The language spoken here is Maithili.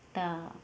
तऽ